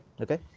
Okay